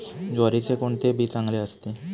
ज्वारीचे कोणते बी चांगले असते?